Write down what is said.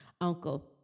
uncle